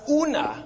una